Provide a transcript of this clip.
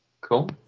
Cool